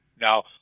Now